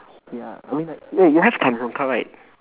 ya I mean that eh you have timezone card right